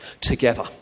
together